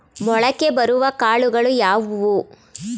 ಮೊಳಕೆ ಬರುವ ಕಾಳುಗಳು ಯಾವುವು?